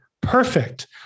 Perfect